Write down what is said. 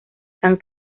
san